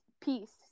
peace